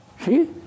See